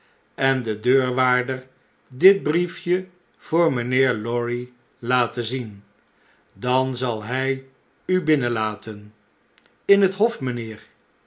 en den deurwaarder ait briefje voor mgnheer lorry laten zien dan zal hjj u binnenlaten aln het hof